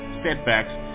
setbacks